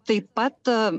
taip pat